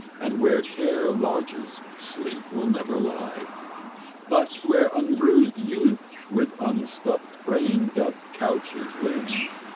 and where care lodges sleep will never lie but where unbruised youth with unstuff'd brain doth couch his limbs,